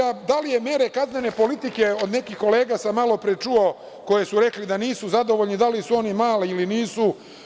A, da li su mere kaznene politike, neke kolege su se malopre čule, koji su rekli da nisu zadovoljni, da li su oni male ili nisu?